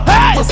Hey